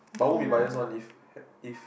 but won't be bias one if had if